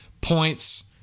Points